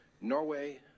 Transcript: Norway